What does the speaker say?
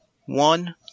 one